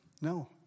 No